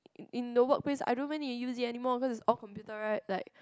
in the workplace I don't even need to use it anymore because it's all computerise like